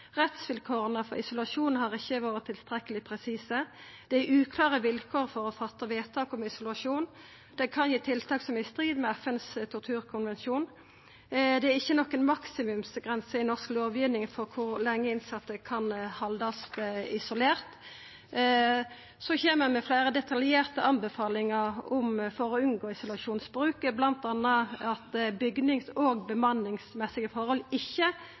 Rettsvilkåra for isolasjon har ikkje vore tilstrekkeleg presise. Det er uklare vilkår for å gjera vedtak om isolasjon. Det kan gi tiltak som er i strid med FNs torturkonvensjon. Det er ikkje noka maksimumsgrense i norsk lovgiving for kor lenge innsette kan haldast isolerte. Ein kjem med fleire detaljerte anbefalingar for å unngå isolasjonsbruk, bl.a. at bygnings- og bemanningsmessige forhold ikkje